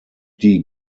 die